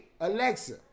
Alexa